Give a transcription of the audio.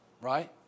Right